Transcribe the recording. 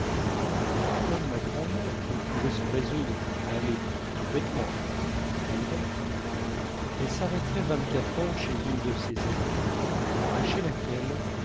comme ma grand'mère ne pouvait se résoudre à aller tout bêtement à balbec elle s'arrêterait vingt-quatre heures chez une de ses amies de chez laquelle